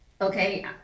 okay